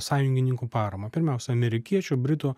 sąjungininkų paramą pirmiausia amerikiečių britų